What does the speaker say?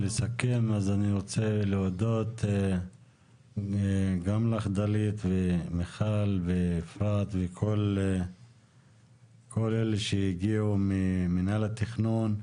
אז אני רוצה להודות גם לך דלית ומיכל ואפרת וכל מי שהגיע ממינהל התכנון,